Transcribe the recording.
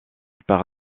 par